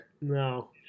No